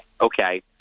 okay